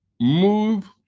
move